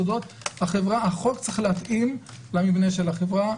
החוק צריך להתאים למבנה של החברה.